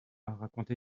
raconter